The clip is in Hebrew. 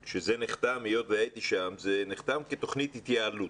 נחתם, היות והייתי שם, זה נחתם כתוכנית התייעלות.